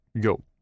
go